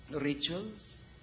Rituals